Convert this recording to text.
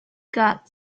got